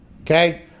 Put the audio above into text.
Okay